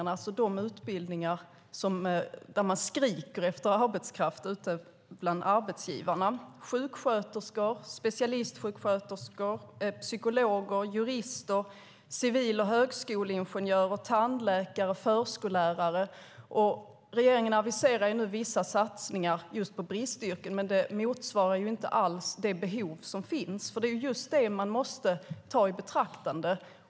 Det är alltså de utbildningar där man skriker efter arbetskraft ute bland arbetsgivarna. Det är sjuksköterskor, specialistsjuksköterskor, psykologer, jurister, civil och högskoleingenjörer, tandläkare och förskollärare. Regeringen aviserar nu vissa satsningar just när det gäller bristyrken, men det motsvarar inte alls det behov som finns. Det är just det man måste ta i beaktande.